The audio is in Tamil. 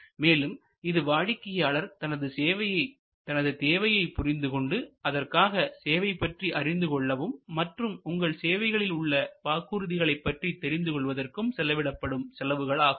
மேலும் இது வாடிக்கையாளர் தனது தேவையை புரிந்து கொண்டு அதற்கான சேவையை பற்றி அறிந்து கொள்ளவும் மற்றும் உங்கள் சேவைகளில் உள்ள வாக்குறுதிகளை பற்றி தெரிந்து கொள்வதற்கும் செலவிடப்படும் செலவுகள் ஆகும்